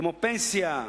כמו פנסיה,